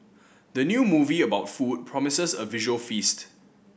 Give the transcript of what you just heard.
the new movie about food promises a visual feast